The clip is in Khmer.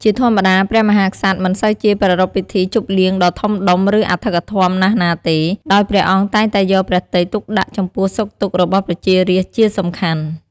ជាធម្មតា ព្រះមហាក្សត្រ មិនសូវជា ប្រារព្ធពិធីជប់លៀងដ៏ធំដុំ ឬ អធិកអធម ណាស់ណាទេ ដោយ ព្រះអង្គតែងតែយកព្រះទ័យទុកដាក់ ចំពោះ សុខទុក្ខ របស់ប្រជារាស្ត្រជាសំខាន់។